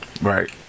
Right